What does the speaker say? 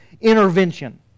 intervention